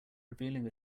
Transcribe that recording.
revealing